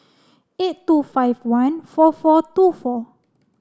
eight two five one four four two four